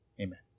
Amen